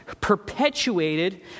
perpetuated